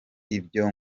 ibyo